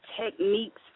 techniques